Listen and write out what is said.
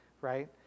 right